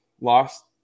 lost